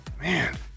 man